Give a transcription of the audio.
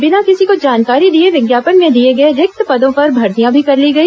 बिना किसी को जानकारी दिए विज्ञापन में दिए गए रिक्त पदों पर भर्तियां भी कर ली गई